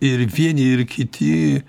ir vieni ir kiti